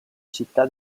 città